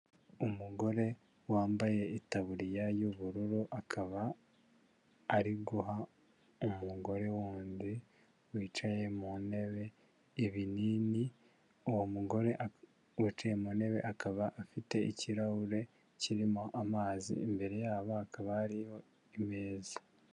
Umugore wambaye itaburiya y'ubururu, akaba ari guha umugore wundi wicaye mu ntebe ibinini, uwo mugore wicaye mu ntebe akaba afite ikirahure kirimo amazi, imbere yabo hakaba hariho imeza.